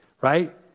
right